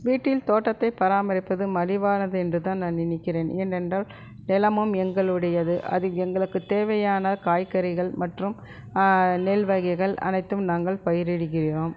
வீட்டில் தோட்டத்தை பராமரிப்பதும் மலிவானது என்றுதான் நான் நினைக்கிறேன் ஏனென்றால் நிலமும் எங்களுடையது அது எங்களுக்கு தேவையான காய்கறிகள் மற்றும் நெல் வகைகள் அனைத்தும் நாங்கள் பயிரிடுகிறோம்